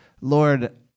Lord